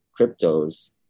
cryptos